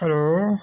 hello